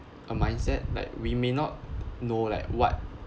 a mindset like we may not know like what